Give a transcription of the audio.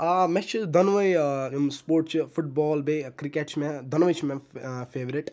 آ مےٚ چھِ دۄنوے یِم سپوٹ چھِ فُٹ بال بیٚیہِ کرکٹ چھِ مےٚ دۄنوے چھِ مےٚ فیورِٹ